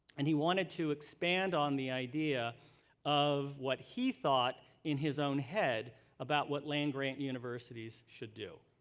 and he wanted to expand on the idea of what he thought in his own head about what land-grant universities should do.